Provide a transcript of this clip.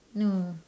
no